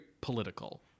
political